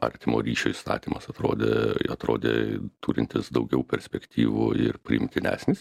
artimo ryšio įstatymas atrodė atrodė turintis daugiau perspektyvų ir priimtinesnis